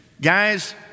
Guys